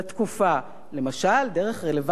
למשל דרך רלוונטית לתקופה: